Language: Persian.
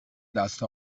دست